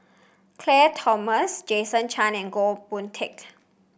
Claire Tham Jason Chan and Goh Boon Teck